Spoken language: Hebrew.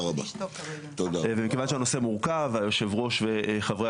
מכיוון שהנושא מורכב, היושב ראש וחברי